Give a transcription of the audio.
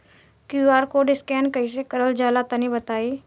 QR code scan कैसे क़रल जला तनि बताई?